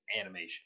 animation